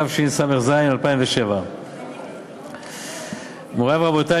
התשס"ז 2007. מורי ורבותי,